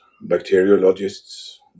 bacteriologists